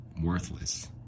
worthless